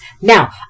Now